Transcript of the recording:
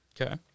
Okay